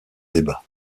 débat